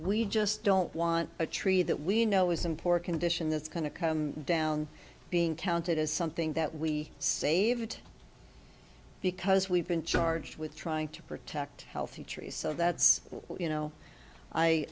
we just don't want a tree that we know is import condition that's going to come down being counted as something that we saved because we've been charged with trying to protect healthy trees so that's you know i